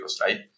right